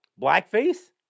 blackface